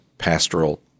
pastoral